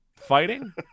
fighting